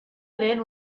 lehen